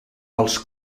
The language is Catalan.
els